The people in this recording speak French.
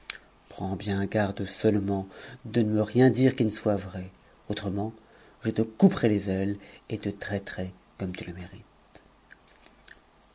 prends bien garde seulcment de ne me rien dire qui ne soit vrai autrement je te couperai les a et te traiterai comme tu le mérites